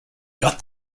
got